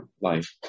life